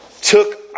took